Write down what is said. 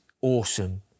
awesome